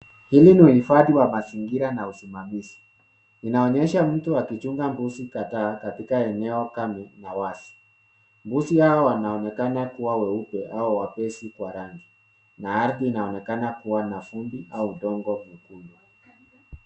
Hili ni huhifadhi wa mazingira na usimamizi. Inaonyesha mtu akichunga mbuzi kadhaa katika eneo kame na wazi. Mbuzi hao wanaonekana kua weupe au wepesi kwa rangi, na ardhi inaonekana kua na vumbi au udongo mwekundu.